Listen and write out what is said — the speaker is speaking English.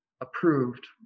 approved